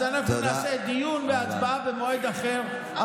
אז אנחנו נעשה דיון והצבעה במועד אחר,